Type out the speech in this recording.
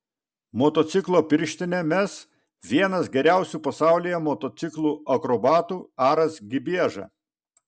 motociklo pirštinę mes vienas geriausių pasaulyje motociklų akrobatų aras gibieža